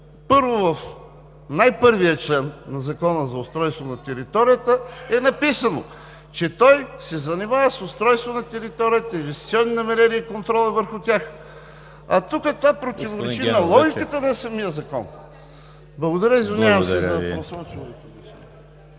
Първо, в най-първия член на Закона за устройство на територията е написано, че той се занимава с устройство на територията, инвестиционните намерения и контрола върху тях, а тук това противоречи на логиката на самия закон. Благодаря. ПРЕДСЕДАТЕЛ ЕМИЛ ХРИСТОВ: Благодаря Ви,